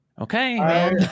Okay